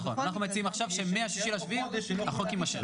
נכון, אנחנו מציעים עכשיו שמה-6 ביולי החוק יימשך.